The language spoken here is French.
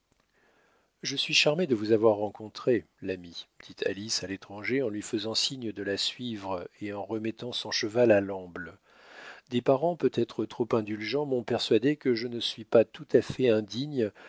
je suis charmée de vous avoir rencontré l'ami dit alice à l'étranger en lui faisant signe de la suivre et en remettant son cheval à l'amble des parents peut-être trop indulgents m'ont persuadé que je ne suis pas tout à fait indigne